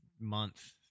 month